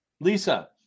Lisa